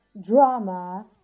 drama